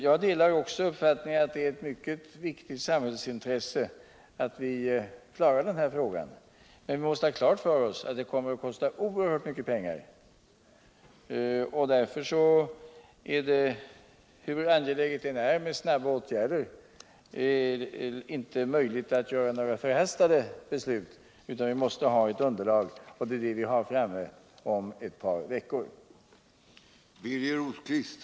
Jag delar uppfattningen att det är ett mycket viktigt samhällsintresse att vi kan lösa problemet, men vi måste samtidigt ha klart för oss att det kommer att kosta oerhört mycket pengar. Hur angeläget det än är med snabba åtgärder är det därför in:e lämpligt att fatta några förhastade beslut, utan vi måste ha ett bra beslutsunderlag först, och det är ett sådant vi beräknar ha fått fram om ett par veckor.